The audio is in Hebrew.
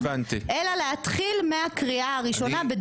אלא להתחיל מהקריאה הראשונה,